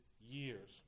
years